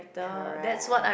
correct